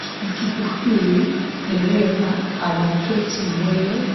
Tukutuku hili dereva ameketi mbele.